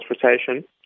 transportation